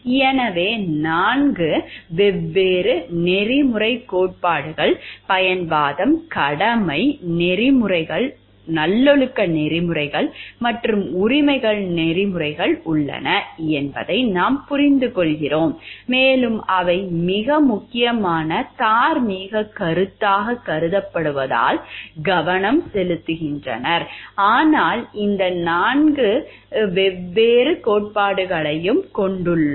எனவே 4 வெவ்வேறு நெறிமுறைக் கோட்பாடுகள் பயன்வாதம் கடமை நெறிமுறைகள் நல்லொழுக்க நெறிமுறைகள் மற்றும் உரிமைகள் நெறிமுறைகள் உள்ளன என்பதை நாம் புரிந்துகொள்கிறோம் மேலும் அவை மிக முக்கியமான தார்மீகக் கருத்தாகக் கருதப்படுவதில் கவனம் செலுத்துகின்றன அதனால்தான் இந்த 4 வெவ்வேறு கோட்பாடுகளைக் கொண்டுள்ளோம்